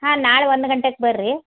ಹಾಂ ನಾಳೆ ಒಂದು ಗಂಟೆಕ ಬರ್ರಿ